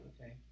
okay